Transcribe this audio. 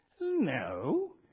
No